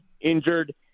injured